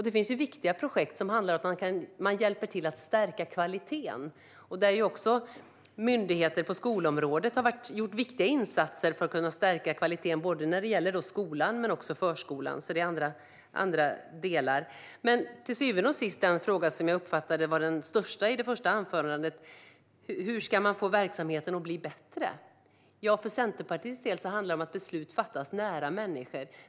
Det finns många projekt som handlar om att stärka kvaliteten. Också myndigheter på skolområdet har gjort viktiga insatser för att stärka kvaliteten i skolan och förskolan. Den fråga som jag till syvende och sist uppfattar som den största i Stefan Jakobssons första anförande var hur man ska få verksamheten att bli bättre. För Centerpartiets del handlar det om att beslut fattas nära människor.